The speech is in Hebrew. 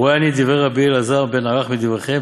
רואה אני את דברי רבי אלעזר בן ערך מדבריכם,